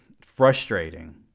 frustrating